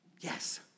Yes